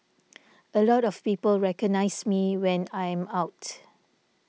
a lot of people recognise me when I am out